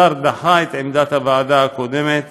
השר דחה את עמדת הוועדה הקודמת,